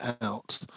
out